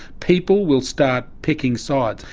people will start picking sides.